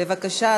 בבקשה,